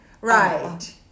Right